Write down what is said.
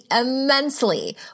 immensely